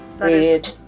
Weird